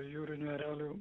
jūrinių erelių